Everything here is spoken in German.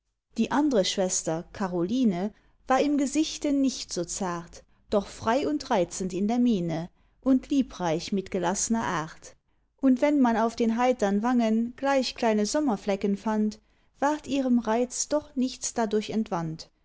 die andre schwester caroline war im gesichte nicht so zart doch frei und reizend in der miene und liebreich mit gelaßner art und wenn man auf den heitern wangen gleich kleine sommerflecken fand ward ihrem reiz doch nichts dadurch